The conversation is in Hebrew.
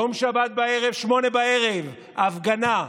יום שבת בערב, 20:00, ההפגנה.